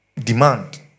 demand